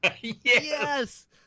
Yes